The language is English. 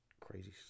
crazy